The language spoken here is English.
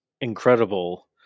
incredible